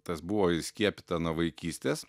tas buvo įskiepyta nuo vaikystės